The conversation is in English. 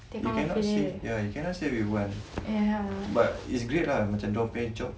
they cannot save ya they cannot save everyone but it's great ah macam diorangnya job